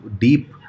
deep